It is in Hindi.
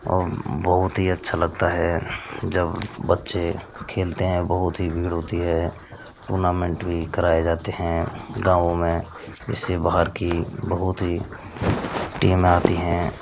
और बहुत ही अच्छा लगता है जब बच्चे खेलते हैं बहुत ही भीड़ होती है टूर्नामेंट भी कराए जाते हैं गाँव में इससे बाहर की बहुत ही टीमें आती हैं